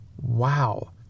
wow